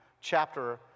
chapter